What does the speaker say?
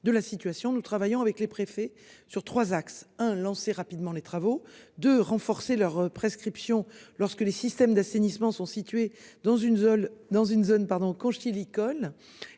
de la situation, nous travaillons avec les préfets sur 3 axes un lancer rapidement les travaux de renforcer leurs prescriptions lorsque les systèmes d'assainissement sont situés dans une zone dans une